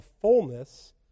fullness